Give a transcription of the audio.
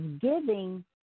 giving